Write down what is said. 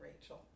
Rachel